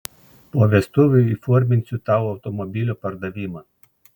po vestuvių įforminsiu tau automobilio pardavimą